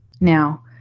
now